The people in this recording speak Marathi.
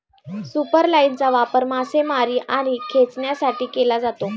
सुपरलाइनचा वापर मासेमारी आणि खेचण्यासाठी केला जातो